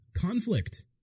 conflict